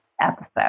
episode